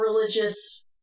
religious